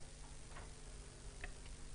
בבקשה.